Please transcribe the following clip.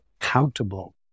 accountable